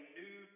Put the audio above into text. new